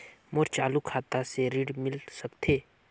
मोर चालू खाता से ऋण मिल सकथे?